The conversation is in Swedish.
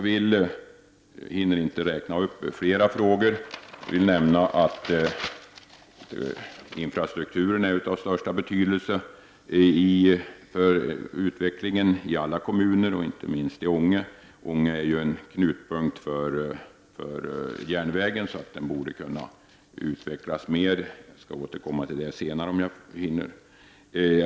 Jag hinner inte räkna upp flera exempel, men jag vill säga att infrastrukturen är av största betydelse för utvecklingen av alla kommuner, inte minst av Ånge kommun. Ånge är en knutpunkt för järnväg, som borde kunna utvecklas mera. Jag skall återkomma till det senare om jag hinner.